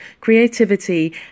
creativity